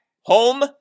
home